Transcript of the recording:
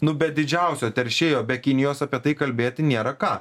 nu be didžiausio teršėjo be kinijos apie tai kalbėti nėra ką